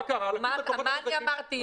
מה אמרתי?